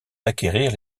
d’acquérir